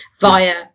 via